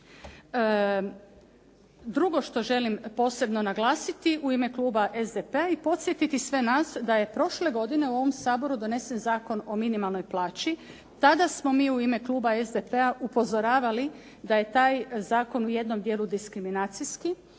Drugo što želim posebno naglasiti u ime kluba SDP-a i podsjetiti sve nas da je prošle godine u ovom Saboru donesen Zakon o minimalnoj plaći. Tada smo mi u ime kluba SDP-a upozoravali da je taj zakon u jednom dijelu diskriminacijski